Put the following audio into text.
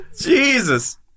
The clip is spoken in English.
Jesus